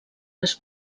les